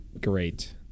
Great